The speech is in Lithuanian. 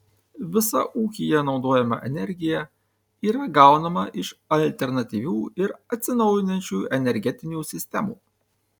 visa ūkyje naudojama energija yra gaunama iš alternatyvių ir atsinaujinančių energetinių sistemų